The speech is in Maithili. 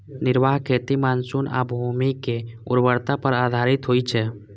निर्वाह खेती मानसून आ भूमिक उर्वरता पर आधारित होइ छै